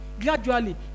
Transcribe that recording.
gradually